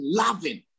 loving